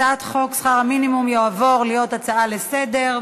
הצעת חוק שכר מינימום (תיקון) תהפוך להיות הצעה לסדר-היום.